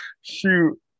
shoot